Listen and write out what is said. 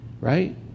right